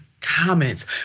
comments